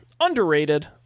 underrated